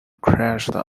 crashes